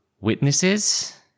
witnesses